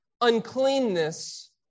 uncleanness